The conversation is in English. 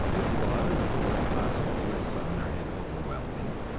it was, of course, possible that sumner had overwhelmed me,